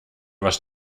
was